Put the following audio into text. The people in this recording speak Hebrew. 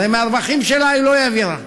הרי מהרווחים שלה היא לא העבירה,